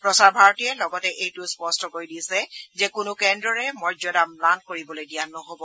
প্ৰচাৰ ভাৰতীয়ে লগতে এইটোও স্পষ্ট কৰি দিছে যে কোনো কেন্দ্ৰৰে মৰ্যদা ম্লান কৰিবলৈ দিয়া নহ'ব